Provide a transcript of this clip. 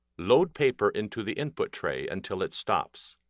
load paper into the input tray until it stops.